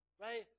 Right